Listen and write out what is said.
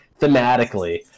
thematically